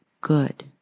good